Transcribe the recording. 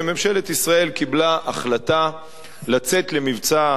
וממשלת ישראל קיבלה החלטה לצאת למבצע